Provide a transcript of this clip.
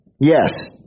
Yes